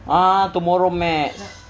ah tomorrow maths